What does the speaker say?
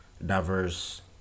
Diverse